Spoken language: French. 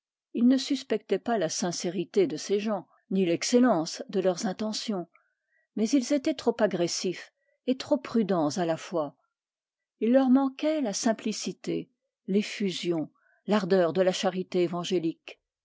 il ne suspectait pas la sincérité de ces gens ni l'excellence de leurs intentions mais ils étaient trop agressifs et trop prudents à la fois il leur manquait l'ardeur de la charité évangélique